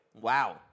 Wow